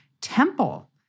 Temple